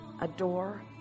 adore